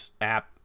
app